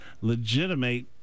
legitimate